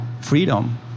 freedom